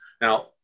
Now